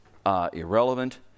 irrelevant